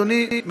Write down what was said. אדוני,